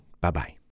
Bye-bye